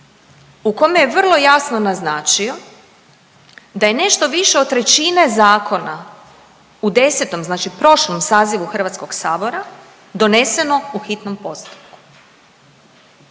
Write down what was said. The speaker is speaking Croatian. u kome je vrlo jasno naznačio da je nešto više od trećine zakona u 10. znači prošlom sazivu HS-a doneseno u hitnom postupku.